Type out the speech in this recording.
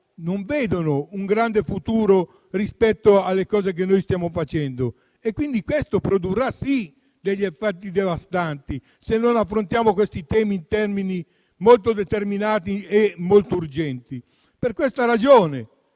non vedono un grande futuro rispetto alle cose che stiamo facendo e questo produrrà - sì - degli effetti devastanti, se non affrontiamo questi temi in termini molto determinati e urgenti. Questa discussione